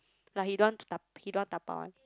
like he don't want to da~ he don't want dabao one